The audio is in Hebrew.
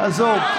עזוב.